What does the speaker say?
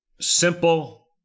simple